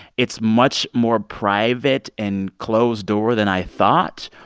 it's much more private and closed-door than i thought.